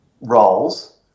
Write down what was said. roles